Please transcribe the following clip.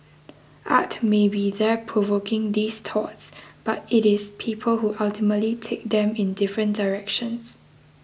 art may be there provoking these thoughts but it is people who ultimately take them in different directions